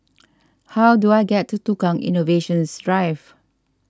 how do I get to Tukang Innovation Drive